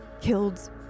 killed